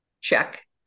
check